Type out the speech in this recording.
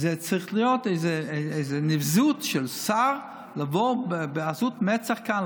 זו צריכה להיות איזו נבזות של שר לבוא בעזות מצח כאן,